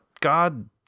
God